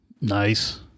Nice